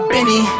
Benny